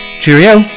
Cheerio